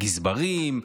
גזברים,